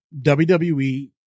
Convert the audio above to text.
WWE